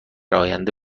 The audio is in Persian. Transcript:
آینده